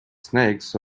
snakes